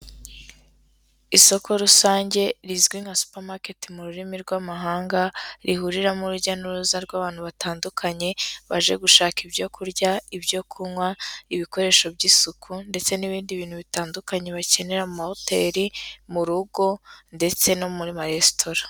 Isoko rusange rizwi nka supermarket mu rurimi rw'amahanga, rihuriramo urujya n'uruza rw'abantu batandukanye baje gushaka ibyo kurya, ibyo kunywa, ibikoresho by'isuku ndetse n'ibindi bintu bitandukanye bakenera amahoteri ,mu rugo ndetse no mu maresitora.